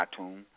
iTunes